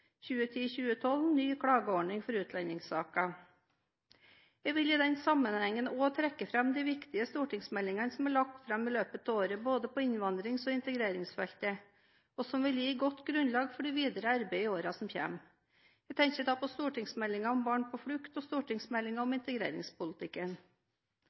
2010: 12 Ny klageordning for utlendingssaker. Jeg vil i denne sammenhengen også trekke fram de viktige stortingsmeldingene som er lagt fram i løpet av året både på innvandrings- og integreringsfeltet, og som vil gi et godt grunnlag for det videre arbeidet i årene som kommer. Jeg tenker da på stortingsmeldingen om barn på flukt og på stortingsmeldingen om